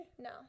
No